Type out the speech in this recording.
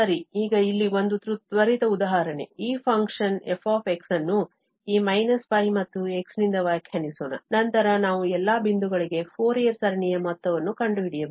ಸರಿ ಈಗ ಇಲ್ಲಿ ಒಂದು ತ್ವರಿತ ಉದಾಹರಣೆ ಈ ಫಂಕ್ಷನ್ f ಅನ್ನು ಈ − π ಮತ್ತು x ನಿಂದ ವ್ಯಾಖ್ಯಾನಿಸೋಣ ನಂತರ ನಾವು ಎಲ್ಲಾ ಬಿಂದುಗಳಿಗೆ ಫೋರಿಯರ್ ಸರಣಿಯ ಮೊತ್ತವನ್ನು ಕಂಡುಹಿಡಿಯಬೇಕು